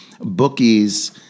bookies